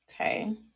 okay